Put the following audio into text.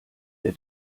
der